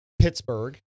Pittsburgh